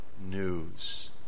news